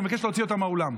אני מבקש להוציא אותה מהאולם.